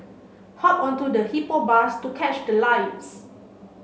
hop onto the Hippo Bus to cash the lights